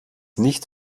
nicht